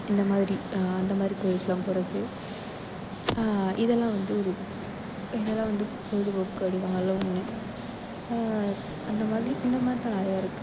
இந்தமாதிரி அந்தமாதிரி கோயிலுக்கெல்லாம் போவது இதெல்லாம் வந்து ஒரு இதெல்லாம் வந்து பொழுதுபோக்கு அப்படினாலும் அந்தமாதிரி இந்தமாதிரி தான் நிறையா இருக்குது